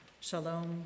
Shalom